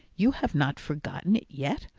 you have not forgotten it yet!